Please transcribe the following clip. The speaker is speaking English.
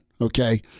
okay